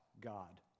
God